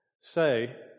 say